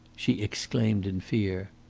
she exclaimed in fear.